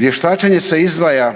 Vještačenje se izdvaja